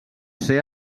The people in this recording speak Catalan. ser